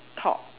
thought